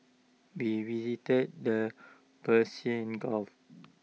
we visited the Persian gulf